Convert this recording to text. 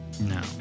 No